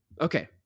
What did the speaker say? okay